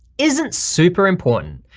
isn't super important.